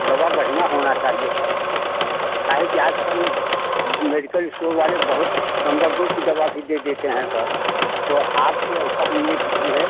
दवा बढ़िया होना चाहिए सर काहे कि आजकल मेडिकल इस्टोर वाले बहुत नम्बर दो की दवा भी दे देते हैं सर तो आपसे ऐसा उम्मीद नहीं है